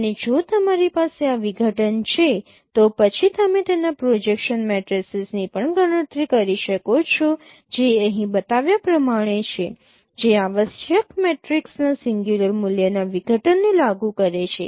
અને જો તમારી પાસે આ વિઘટન છે તો પછી તમે તેના પ્રોજેક્શન મેટ્રિસીસની પણ ગણતરી કરી શકો છો જે અહીં બતાવ્યા પ્રમાણે છે જે આવશ્યક મેટ્રિક્સના સિંગ્યુંલર મૂલ્યના વિઘટનને લાગુ કરે છે